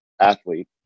athlete